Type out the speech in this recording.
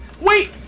Wait